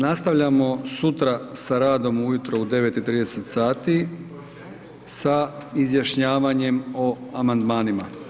Nastavljamo sutra sa radom ujutro u 9 i 30 sati sa izjašnjavanjem o amandmanima.